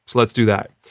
so let's do that.